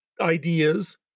ideas